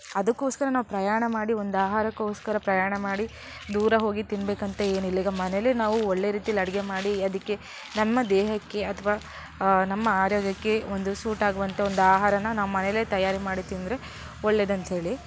ಅದಕ್ಕೋಸ್ಕರ ನಾವು ಪ್ರಯಾಣ ಮಾಡಿ ಒಂದು ಆಹಾರಕ್ಕೋಸ್ಕರ ಪ್ರಯಾಣ ಮಾಡಿ ದೂರ ಹೋಗಿ ತಿನ್ನಬೇಕಂತ ಏನಿಲ್ಲ ಈಗ ಮನೇಲೇ ನಾವು ಒಳ್ಳೆಯ ರೀತಿಯಲ್ಲಿ ಅಡುಗೆ ಮಾಡಿ ಅದಕ್ಕೆ ನಮ್ಮ ದೇಹಕ್ಕೆ ಅಥ್ವಾ ನಮ್ಮ ಆರೋಗ್ಯಕ್ಕೆ ಒಂದು ಸೂಟಾಗುವಂಥ ಒಂದು ಆಹಾರನ ನಾವು ಮನೇಲೇ ತಯಾರಿ ಮಾಡಿ ತಿಂದರೆ ಒಳ್ಳೆಯದಂತ್ಹೇಳಿ